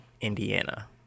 Indiana